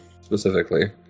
specifically